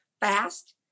fast